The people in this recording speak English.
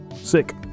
Sick